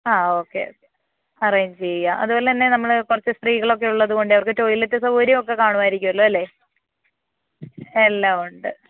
ആ okay okay arrange ചെയ്യാം അതുപോലെ തന്നെ നമ്മൾ കുറച്ച് സ്ത്രീകളൊക്കെ ഉള്ളതുകൊണ്ടേ അവർക്ക് ടോയ്ലറ്റ് സൗകര്യമൊക്കെ കാണുമായിരിക്കുമല്ലോ അല്ലേ എല്ലാമുണ്ട്